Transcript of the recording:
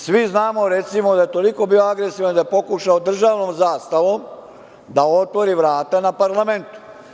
Svi znamo, recimo, da je toliko bio agresivan da je pokušao državnom zastavom da otvori vrata na parlamentu.